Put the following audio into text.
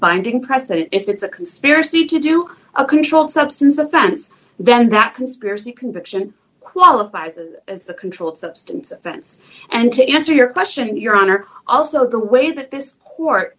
binding precedent if it's a conspiracy to do a controlled substance offense then that conspiracy conviction qualifies as the controlled substance sense and to answer your question your honor also the way that this court